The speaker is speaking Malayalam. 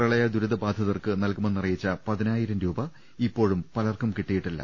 പ്രളയ ദുരിത ബാധിതർക്ക് നൽകുമെന്നറിയിച്ച പതിനായിരം രൂപ ഇപ്പോഴും പലർക്കും കിട്ടിയിട്ടില്ല